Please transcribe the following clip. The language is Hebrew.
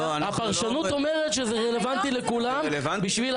הפרשנות אומרת שזה רלוונטי לכולם בשביל